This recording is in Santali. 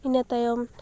ᱤᱱᱟᱹ ᱛᱟᱭᱚᱢ